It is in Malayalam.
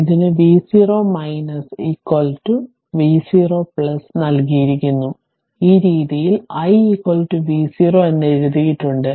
ഇതിന് v0 v0 നൽകിയിരിക്കുന്നു ഈ രീതിയിൽ i v0 എന്ന് എഴുതിയിട്ടുണ്ട്